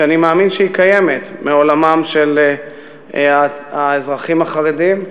שאני מאמין שהיא קיימת בעולמם של האזרחים החרדים.